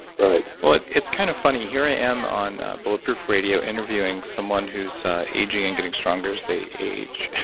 right well, it's kind of funny. here i am on bulletproof radio interviewing someone who's aging and getting stronger as they age.